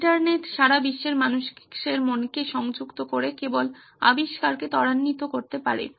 internet সারা বিশ্বের মানুষের মনকে সংযুক্ত করে কেবল আবিষ্কার কে ত্বরান্বিত করতে পারে